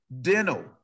dental